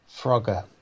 Frogger